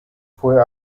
fue